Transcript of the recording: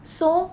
so